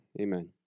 amen